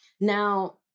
Now